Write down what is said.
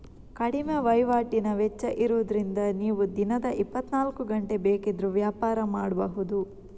ಕಡಿಮೆ ವೈವಾಟಿನ ವೆಚ್ಚ ಇರುದ್ರಿಂದ ನೀವು ದಿನದ ಇಪ್ಪತ್ತನಾಲ್ಕು ಗಂಟೆ ಬೇಕಿದ್ರೂ ವ್ಯಾಪಾರ ಮಾಡ್ಬಹುದು